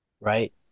Right